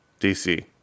DC